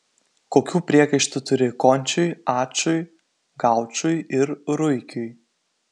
kokių priekaištų turi končiui ačui gaučui ir ruikiui